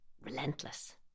relentless